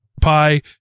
Pi